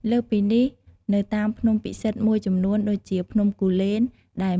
លើសពីនេះ នៅតាមភ្នំពិសិដ្ឋមួយចំនួនដូចជា ភ្នំគូលែន ដែលមានបដិមាព្រះពុទ្ធបដិមាបុរាណ និងទឹកជ្រោះស័ក្តិសិទ្ធិ។